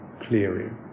clearing